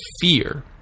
fear